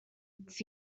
its